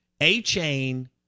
A-Chain